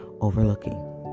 overlooking